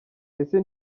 ese